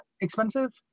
expensive